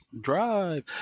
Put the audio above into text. drive